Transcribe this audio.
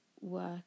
work